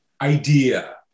idea